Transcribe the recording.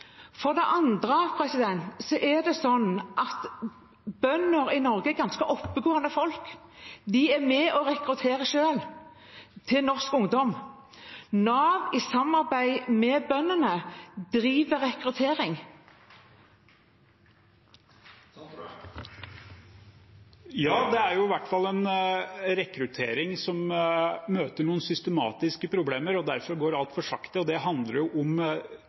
det andre er bønder i Norge ganske oppegående folk. De er med og rekrutterer selv norsk ungdom. Nav, i samarbeid med bøndene, driver rekruttering. Det er i hvert fall en rekruttering som møter noen systematiske problemer. Derfor går det altfor sakte. Det handler for det første om